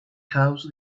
cause